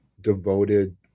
devoted